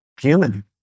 human